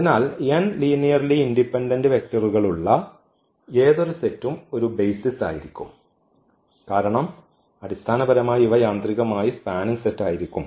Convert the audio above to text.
അതിനാൽ n linearly independent വെക്റ്ററുകളുള്ള ഏതൊരു സെറ്റും ഒരു ബെയ്സിസ് ആയിരിക്കും കാരണം അടിസ്ഥാനപരമായി ഇവ യാന്ത്രികമായി സ്പാനിംഗ് സെറ്റായിരിക്കും